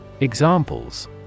Examples